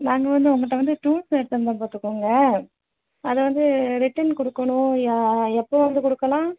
நாங்கள் வந்து உங்கள்கிட்ட வந்து டூல்ஸ் எடுத்திருந்தோம் பார்த்துகோங்க அதை வந்து ரிட்டர்ன் கொடுக்கணும் எப்போது வந்து கொடுக்கலாம்